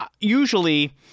usually